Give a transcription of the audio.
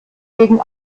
gegen